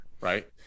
right